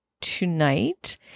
tonight